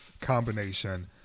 combination